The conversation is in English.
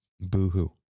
boo-hoo